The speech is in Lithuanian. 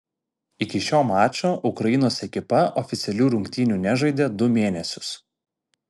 iki šio mačo ukrainos ekipa oficialių rungtynių nežaidė du mėnesius